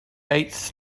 eighth